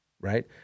right